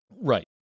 Right